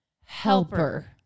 helper